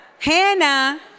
Hannah